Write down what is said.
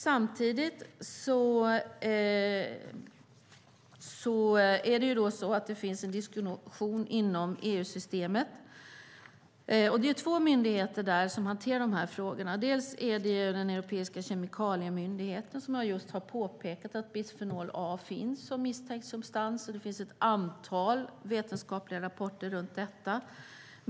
Samtidigt finns det en diskussion inom EU-systemet. Det är två myndigheter där som hanterar de här frågorna. Dels är det Europeiska kemikaliemyndigheten, som har påpekat att bisfenol A finns som misstänkt substans. Det finns ett antal vetenskapliga rapporter om det.